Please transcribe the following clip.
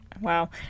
Wow